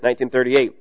1938